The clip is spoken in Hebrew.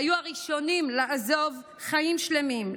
והיו הראשונים לעזוב חיים שלמים,